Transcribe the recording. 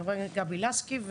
חברת הכנסת גבי לסקי,